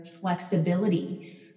flexibility